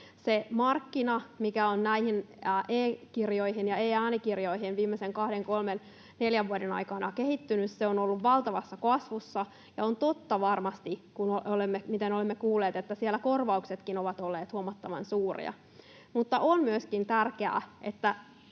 Se markkina, mikä on näihin e-kirjoihin ja e-äänikirjoihin viimeisen kahden, kolmen, neljän vuoden aikana kehittynyt, on ollut valtavassa kasvussa, ja on totta varmasti, niin kuin olemme kuulleet, että siellä korvauksetkin ovat olleet huomattavan suuria. Mutta on myöskin tärkeää,